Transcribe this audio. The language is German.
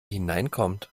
hineinkommt